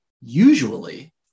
usually